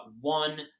one